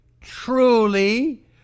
truly